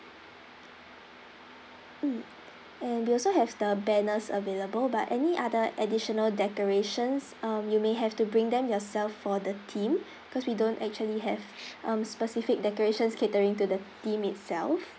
mm and we also have the banners available but any other additional decorations um you may have to bring them yourself for the theme cause we don't actually have um specific decorations catering to the theme itself